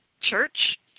church